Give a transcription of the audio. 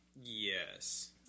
Yes